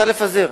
צריך לפזר.